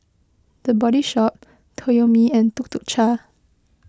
the Body Shop Toyomi and Tuk Tuk Cha